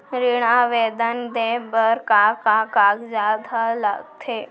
ऋण आवेदन दे बर का का कागजात ह लगथे?